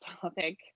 topic